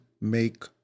make